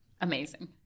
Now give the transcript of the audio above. Amazing